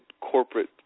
corporate